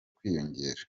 kwiyongera